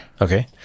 Okay